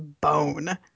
bone